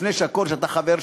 לפני הכול אתה חבר שלי.